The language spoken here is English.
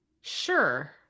Sure